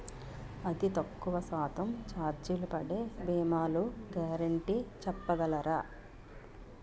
అతి తక్కువ శాతం ఛార్జీలు పడే భీమాలు గ్యారంటీ చెప్పగలరా?